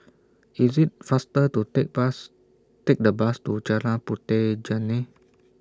IS IT faster to Take Bus Take The Bus to Jalan Puteh Jerneh